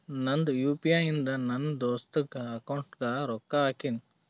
ನಂದ್ U P I ಇಂದ ನನ್ ದೋಸ್ತಾಗ್ ಅಕೌಂಟ್ಗ ರೊಕ್ಕಾ ಹಾಕಿನ್